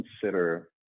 consider